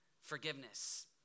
forgiveness